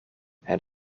het